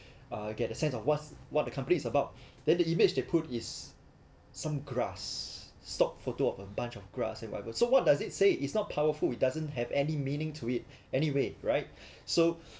uh get the sense of what's what the company is about then the image they put is some grass stock photo of a bunch of grass and whatever so what does it say it's not powerful we doesn't have any meaning to it anyway right so